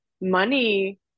money